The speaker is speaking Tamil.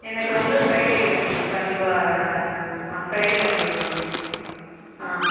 எனக்கு வந்து ஃப்ரைடே வேணுங்க கண்டிப்பாக ஃப்ரைடே வந்துடணுங்க ஆ